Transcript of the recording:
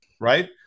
Right